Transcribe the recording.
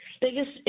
biggest